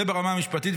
זה ברמה המשפטית,